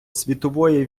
світової